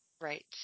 Right